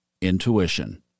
intuition